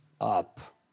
up